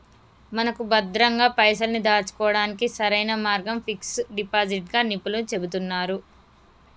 మనకు భద్రంగా పైసల్ని దాచుకోవడానికి సరైన మార్గం ఫిక్స్ డిపాజిట్ గా నిపుణులు చెబుతున్నారు